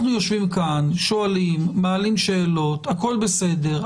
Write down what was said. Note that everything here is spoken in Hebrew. אנחנו יושבים כאן, שואלים שאלות, הכול בסדר.